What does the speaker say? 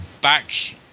back